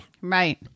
Right